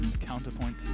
counterpoint